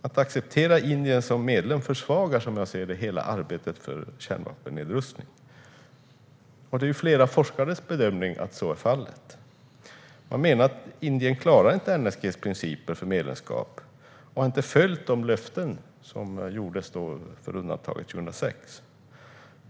Att acceptera Indien som medlem försvagar som jag ser det hela arbetet för kärnvapennedrustning, och det är flera forskares bedömning att så är fallet. Man menar att Indien inte klarar NSG:s principer för medlemskap och inte har följt de löften som gavs i samband med undantaget 2006.